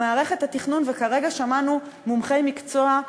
במערכת התכנון, וכרגע שמענו מומחי מקצוע,